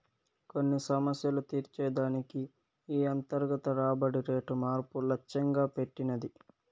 కొన్ని సమస్యలు తీర్చే దానికి ఈ అంతర్గత రాబడి రేటు మార్పు లచ్చెంగా పెట్టినది